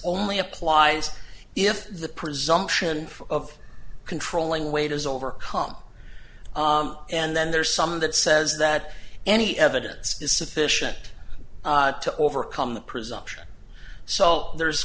only applies if the presumption of controlling waiters overcome and then there's something that says that any evidence is sufficient to overcome the presumption so there's